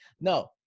no